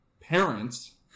parents